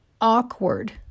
awkward